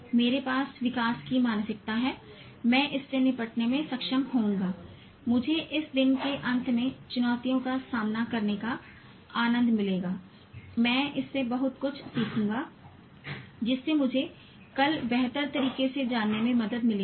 मेरे पास विकास की मानसिकता है मैं इससे निपटने में सक्षम होऊंगा मुझे इस दिन के अंत में चुनौतियों का सामना करने का आनंद मिलेगा मैं इसे बहुत कुछ सीखूंगा जिससे मुझे कल बेहतर तरीके से जानने में मदद मिलेगी